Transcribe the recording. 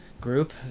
group